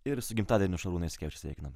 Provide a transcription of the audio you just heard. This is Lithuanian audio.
ir su gimtadieniu šarūnai jasikevičiau sveikinam